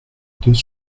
deux